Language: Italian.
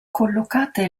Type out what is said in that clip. collocate